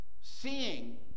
seeing